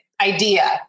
idea